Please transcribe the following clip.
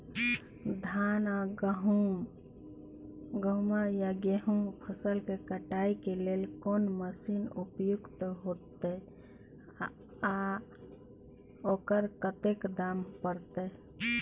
धान आ गहूम या गेहूं फसल के कटाई के लेल कोन मसीन उपयुक्त होतै आ ओकर कतेक दाम परतै?